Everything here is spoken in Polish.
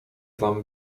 wam